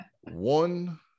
one